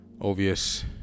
Obvious